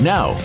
Now